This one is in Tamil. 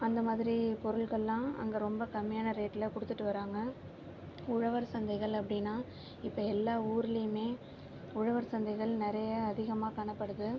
அந்த மாதிரி பொருள்களெலாம் அங்கே ரொம்ப கம்மியான ரேட்ல கொடுத்துட்டு வராங்கள் உழவர் சந்தைகள் அப்படினா இப்போ எல்லா ஊர்லையுமே உழவர் சந்தைகள் நிறையா அதிகமாக காணப்படுது